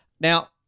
Now